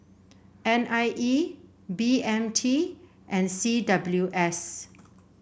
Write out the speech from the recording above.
N I E B M T and C W S